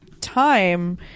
time